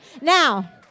Now